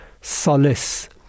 solace